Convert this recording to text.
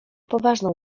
poważną